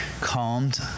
calmed